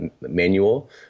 manual